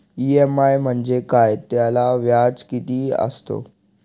EMI म्हणजे काय? त्याला व्याज किती असतो?